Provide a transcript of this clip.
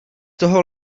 toho